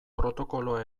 protokoloa